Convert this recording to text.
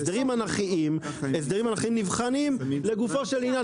הסדרים אנכיים נבחנים לגופו של עניין,